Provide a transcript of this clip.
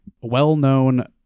well-known